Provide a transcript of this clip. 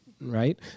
right